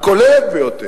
הכוללת ביותר,